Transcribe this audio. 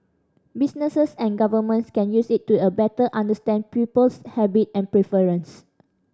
businesses and governments can use it to a better understand people's habit and preference